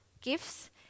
gifts